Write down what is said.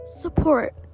support